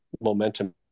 momentum